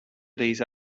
these